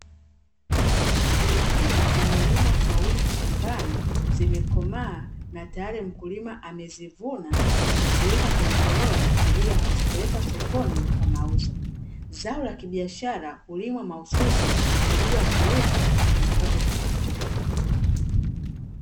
Pilipili zimelimwa kwa wingi shambani zimekomaa na tayari mkulima amezivuna, ameziweka kwenye toroli kwa ajili ya kuzipeleka sokoni kwa mauzo. Zao la kibiashara hulimwa mahususi kwa ajili ya kuuzwa na kupata kipato.